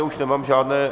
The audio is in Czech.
Už nemám žádné...